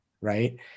right